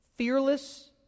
fearless